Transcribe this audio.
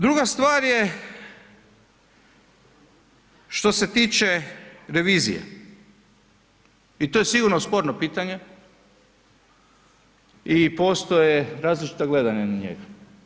Druga stvar je što se tiče revizije i to je sigurno sporno pitanje i postoje različita gledanja na njega.